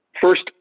First